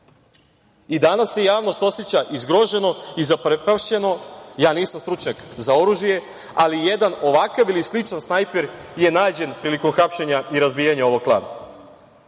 I, danas se javnost oseća i zgroženo i zaprepašćeno, ja nisam stručnjak za oružje, ali jedan ovakav ili sličan snajper je nađen prilikom hapšenja i razbijanja ovog klana.